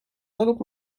lub